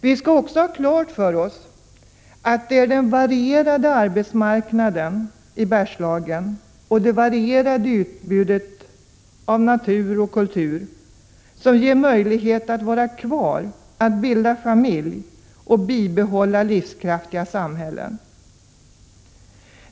Vi skall också ha klart för oss att det är den varierade arbetsmarknaden i Bergslagen och det varierade utbudet av natur och kultur som ger möjlighet att vara kvar, att bilda familj och bibehålla livskraftiga samhällen.